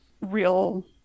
real